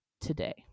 today